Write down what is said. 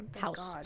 House